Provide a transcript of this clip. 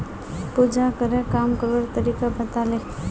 पूजाकरे काम करवार तरीका बताले